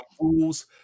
rules